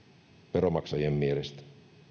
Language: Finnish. veronmaksajien mielestä